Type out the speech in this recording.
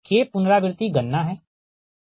K गणना है ठीक